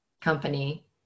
company